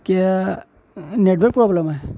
کیا network problem ہے